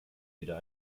wieder